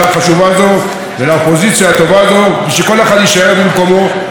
ושכל אחד יישאר במקומו לעוד קדנציה גדושה ומבורכת.